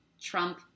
Trump